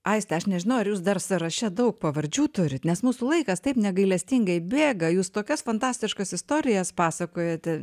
aistė aš nežinau ar jūs dar sąraše daug pavardžių turite nes mūsų laikas taip negailestingai bėga jūs tokias fantastiškas istorijas pasakojate